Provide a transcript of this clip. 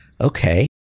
okay